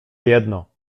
jedno